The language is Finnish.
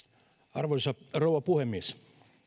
arvoisa rouva puhemies